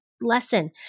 lesson